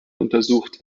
untersucht